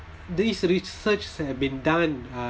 these research have been done uh